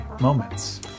moments